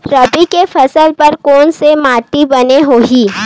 रबी के फसल बर कोन से माटी बने होही?